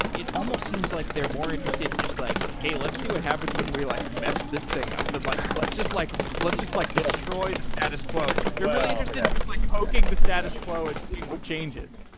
it almost seems like they're more interested in just like, hey, let's see what happens when we like mess this thing up. and like let's just like let's just like destroy the status quo. they're really interested in like poking the status quo and seeing what changes.